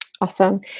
Awesome